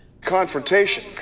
confrontation